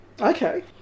Okay